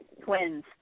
twins